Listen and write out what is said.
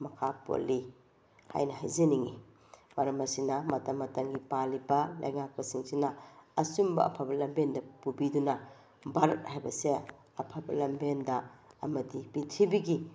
ꯃꯈꯥ ꯄꯣꯜꯂꯤ ꯍꯥꯏꯅ ꯍꯥꯏꯖꯅꯤꯡꯉꯤ ꯃꯔꯝ ꯑꯁꯤꯅ ꯃꯇꯝ ꯃꯇꯝꯒꯤ ꯄꯥꯜꯂꯤꯕ ꯂꯩꯉꯥꯛꯄꯁꯤꯡꯁꯤꯅ ꯑꯆꯨꯝꯕ ꯑꯐꯕ ꯂꯝꯕꯦꯟꯗ ꯄꯨꯕꯤꯗꯨꯅ ꯚꯥꯔꯠ ꯍꯥꯏꯕ ꯑꯁꯦ ꯑꯐꯕ ꯂꯝꯕꯦꯟꯗ ꯑꯃꯗꯤ ꯄ꯭ꯔꯤꯊꯤꯕꯤꯒꯤ